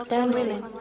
Dancing